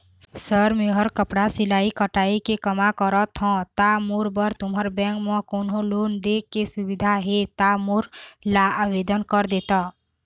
Sir मेहर कपड़ा सिलाई कटाई के कमा करत हों ता मोर बर तुंहर बैंक म कोन्हों लोन दे के सुविधा हे ता मोर ला आवेदन कर देतव?